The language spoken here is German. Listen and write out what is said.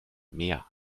mehr